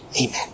Amen